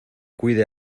cuide